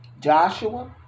Joshua